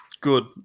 Good